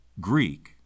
Greek